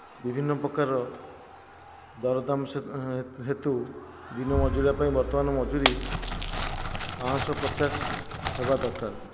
ବିଭିନ୍ନ ପ୍ରକାର ଦରଦାମ ହେତୁ ଦିନ ମଜୁରିଆ ପାଇଁ ବର୍ତ୍ତମାନ ମଜୁରୀ ପାଞ୍ଚ ପଚାଶ ହେବା ଦରକାର